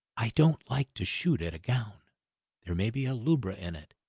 i don't like to shoot at a gown there may be a lubra in it,